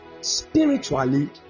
spiritually